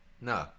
No